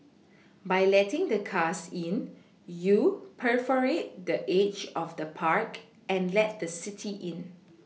by letting the cars in you perforate the edge of the park and let the city in